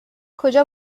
کجا